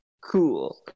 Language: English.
Cool